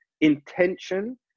intention